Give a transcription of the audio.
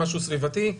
משהו סביבתי,